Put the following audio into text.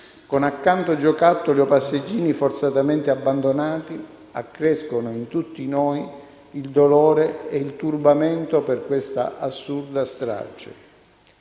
con accanto giocattoli o passeggini forzatamente abbandonati, accrescono in tutti noi il dolore e il turbamento per questa assurda strage.